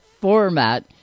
format